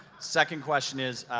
second question is,